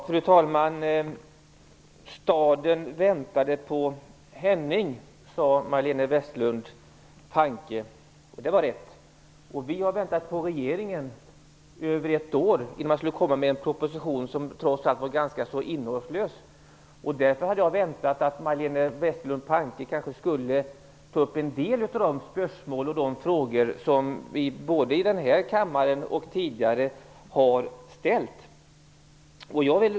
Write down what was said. Fru talman! Staden väntade på Henning, sade Majléne Westerlund Panke. Det var rätt. Vi har väntat på regeringen i över ett år. Nu har man kommit med en proposition som trots allt är ganska innehållslös. Därför hade jag väntat mig att Majléne Westerlund Panke kanske skulle ta upp en del av de spörsmål och frågor som vi, både i den här kammaren och tidigare, har ställt.